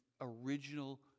original